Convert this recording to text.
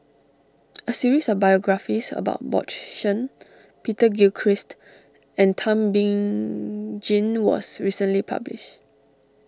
a series of biographies about Bjorn Shen Peter Gilchrist and Thum Bing Tjin was recently published